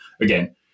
again